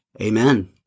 Amen